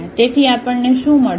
તેથી આપણને શું મળશે